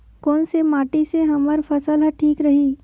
कोन से माटी से हमर फसल ह ठीक रही?